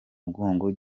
mugongo